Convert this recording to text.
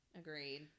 Agreed